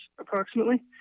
approximately